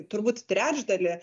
turbūt trečdalį